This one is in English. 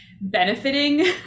benefiting